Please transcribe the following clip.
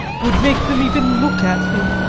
would make them even look at me.